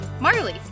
Marley